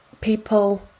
people